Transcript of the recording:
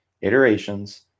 iterations